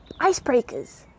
icebreakers